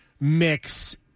mix